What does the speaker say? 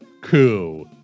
coup